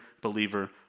believer